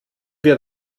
wir